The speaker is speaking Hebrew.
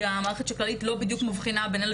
המערכת של כללית לא בדיוק מבחינה בין אלה